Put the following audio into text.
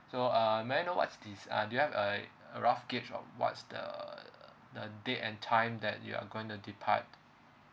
so uh may I know what's this uh do you have a a rough gauge of what's the the date and time that you're going to depart